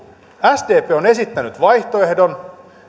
sdp on esittänyt vaihtoehdon ja